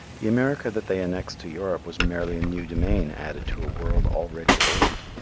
the america that they annexed to europe was merely a new domain added to a world already old.